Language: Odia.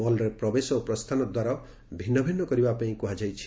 ମଲ୍ରେ ପ୍ରବେଶ ଓ ପ୍ରସ୍ଚାନ ଦ୍ୱାର ଭିନ୍ନ ଭିନ୍ନ କରିବା ପାଇଁ କୁହାଯାଇଛି